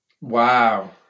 Wow